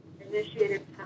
initiated